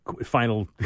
final